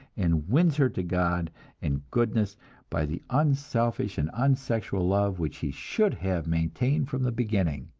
and wins her to god and goodness by the unselfish and unsexual love which he should have maintained from the beginning.